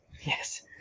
Yes